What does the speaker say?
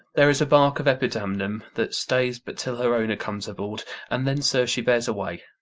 there's a bark of epidamnum that stays but till her owner comes aboard, and then, sir, she bears away.